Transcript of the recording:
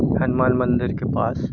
हनुमान मंदिर के पास